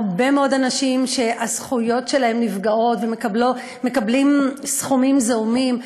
הרבה מאוד אנשים שהזכויות שלהם נפגעות ומקבלים סכומים זעומים,